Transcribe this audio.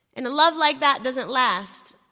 and a love like that doesn't last.